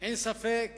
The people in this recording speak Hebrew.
אין ספק